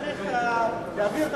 צריך לעשות את